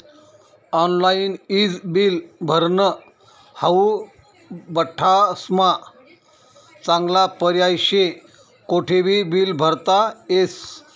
online ईज bill भरनं हाऊ बठ्ठास्मा चांगला पर्याय शे, कोठेबी बील भरता येस